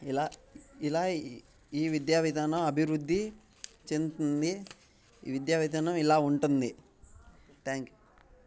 ఇలా ఇలా ఈ విద్యావిధానం అభివృద్ధి చెందుతుంది ఈ విద్యావిధానం ఇలా ఉంటుంది థ్యాంక్ యూ